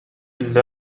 لما